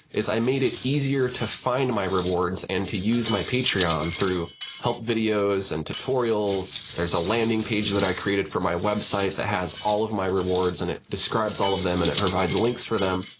is i made it easier to find my rewards and to use my patreon through help videos and tutorials. there's a landing page that i created for my website that has all of my rewards and it describes all of them, and it provides links for them.